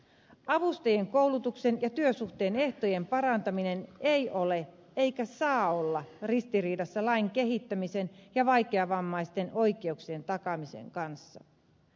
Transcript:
avustajien koulutuksen ja työsuhteen ehtojen parantaminen ei ole eikä saa olla ristiriidassa lain kehittämisen ja vaikeavammaisten oikeuksien takaamisen kanssa